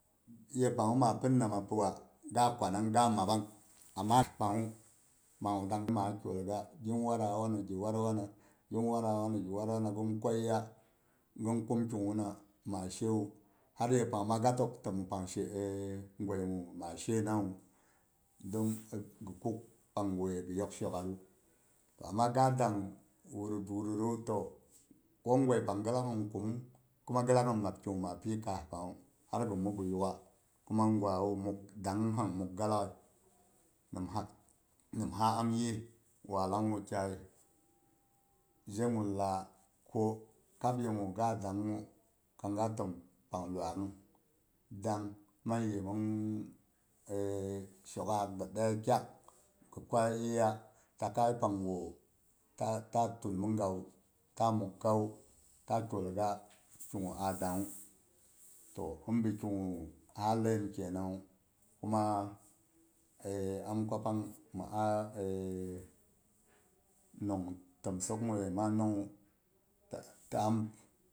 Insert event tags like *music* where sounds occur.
Yepangngu ma pinn nama piwa gaa kwanang ga mabang *noise* anangngaak pangngu ya duakmal kwayeya. gin watra wunu, gi watra wunu, gin kwayiya gin kum kiguna ma shewu hal yepang ma ga tək təm pang shea *hesitation* goigu ma she nawu don gi kum panguye gi yok shok'atru. Amma ga dang bukdul bukdulu to goi pang gi lak gin kumung kuma gi lak gin mab kigu ma pi kaas pangngu hal gi mu gi yuk'a, kuma gwawu, dangng pang mukgi lag'ai. nimha nimha am yis wallang wukyai zhe gulla, ko kab yegu ga dangngu kang ga təm pang luak'ung dang man yemong *hesitation* shok'aak gi daiya kyak gi kwa yiiya takai pangu ta tulmigawu ta mukgawu ta kyolga kigu a, dangngu. *noise* To hibi kiga ha ləiyim kenangngu. kuma *hesitation* am kwa pang mi aa *hesitation* nong təmsok guye ma nongngyəi